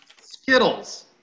Skittles